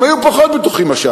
הם היו פחות בטוחים ממך.